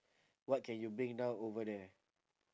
what can you bring now over there